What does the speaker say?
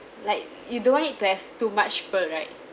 like you don't want it to have too much pearl right